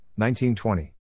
1920